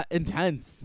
intense